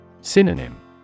Synonym